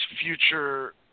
future